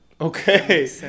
Okay